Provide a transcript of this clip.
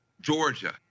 Georgia